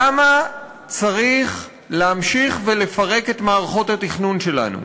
למה צריך להמשיך ולפרק את מערכת התכנון שלנו?